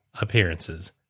appearances